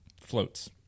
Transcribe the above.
floats